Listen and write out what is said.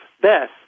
Beth